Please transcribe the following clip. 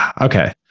okay